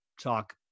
talk